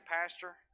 pastor